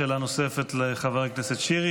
שאלה נוספת לחבר הכנסת שירי.